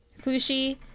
Fushi